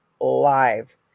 live